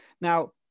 Now